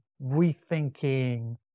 rethinking